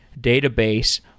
database